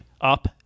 up